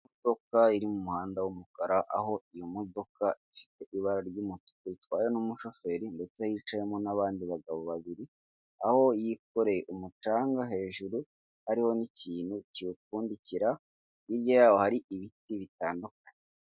Imodoka iri mu muhanda w'umukara, aho iyo modoka ifite ibara ry'umutuku, itwawe n'umushoferi ndetse hicayemo n'abandi bagabo babiri, aho yikoreye umucanga hejuru hariho n'ikintu kiwupfundikira, hirya yaho hari ibiti bitandukanye.